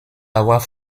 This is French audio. avoir